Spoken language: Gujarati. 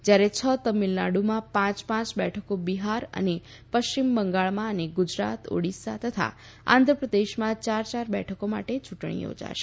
જ્યારે છ તમિલનાડુમાં પાંચ પાંચ બેઠકો બિહાર અને પશ્ચિમ બંગાળમાં અને ગુજરાત ઓડિશા તથા આંધ્રપ્રદેશમાં ચાર ચાર બેઠકો માટે ચૂંટણી યોજાશે